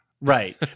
Right